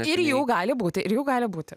ir jų gali būti ir jų gali būti